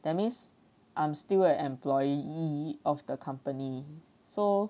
that means I'm still an employee of the company so